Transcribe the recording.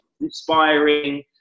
inspiring